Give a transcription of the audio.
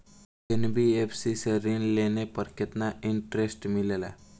NBFC से ऋण लेने पर केतना इंटरेस्ट मिलेला?